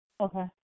Okay